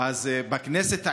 אדוני היושב-ראש.